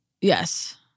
Yes